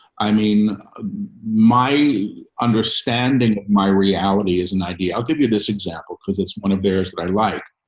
i mean my understanding, my reality is an idea. i'll give you this example because it's one of theirs that i like.